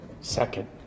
Second